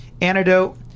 antidote